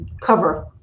cover